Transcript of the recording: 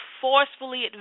forcefully